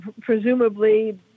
presumably